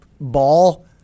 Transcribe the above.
ball